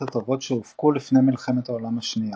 הטובות שהופקו לפני מלחמת העולם השנייה.